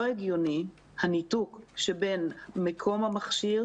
לא הגיוני הניתוק שבין מקום המכשיר,